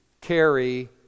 carry